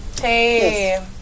Hey